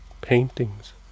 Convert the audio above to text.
paintings